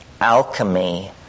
alchemy